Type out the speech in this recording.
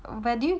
where do you